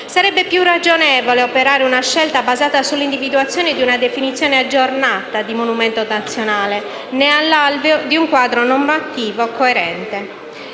Sarebbe più ragionevole operare una scelta basata sull'individuazione di una definizione aggiornata di monumento nazionale nell'alveo di un quadro normativo coerente.